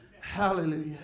Hallelujah